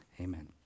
Amen